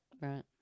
Right